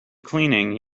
cleaning